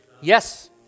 Yes